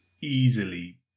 easily